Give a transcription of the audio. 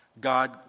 God